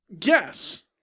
Yes